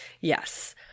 Yes